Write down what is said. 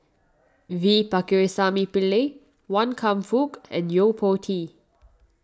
V Pakirisamy Pillai Wan Kam Fook and Yo Po Tee